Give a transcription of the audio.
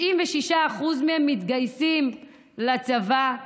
96% מהם מתגייסים לצבא.